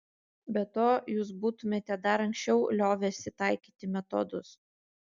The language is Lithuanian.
be to jūs būtumėte dar anksčiau liovęsi taikyti metodus